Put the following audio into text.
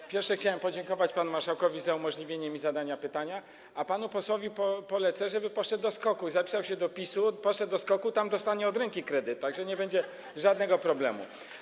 Po pierwsze, chciałem podziękować panu marszałkowi za umożliwienie mi zadania pytania, a po drugie, panu posłowi polecę, żeby poszedł do SKOK-u i zapisał się do PiS-u, żeby poszedł do SKOK-u - tam dostanie od ręki kredyt, tak że nie będzie żadnego problemu.